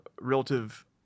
relative